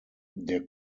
der